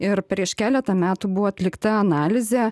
ir prieš keletą metų buvo atlikta analizė